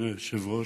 אדוני היושב-ראש,